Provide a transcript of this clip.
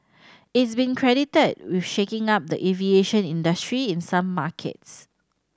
is been credited with shaking up the aviation industry in some markets